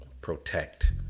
protect